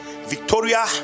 Victoria